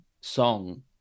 song